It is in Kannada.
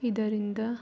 ಇದರಿಂದ